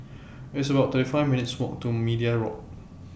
It's about thirty five minutes' Walk to Media Walk